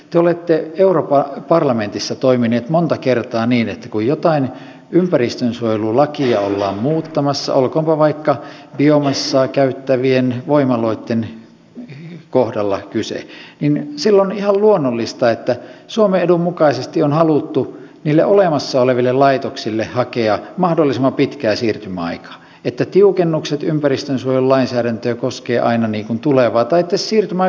te olette europarlamentissa toimineet monta kertaa niin että kun jotain ympäristönsuojelulakia ollaan muuttamassa olkoonpa vaikka biomassaa käyttävistä voimaloista kyse niin silloin on ihan luonnollista että suomen edun mukaisesti on haluttu niille olemassa oleville laitoksille hakea mahdollisimman pitkää siirtymäaikaa että tiukennukset ympäristönsuojelulainsäädäntöön koskevat aina tulevaa tai että siirtymäaika on järkevä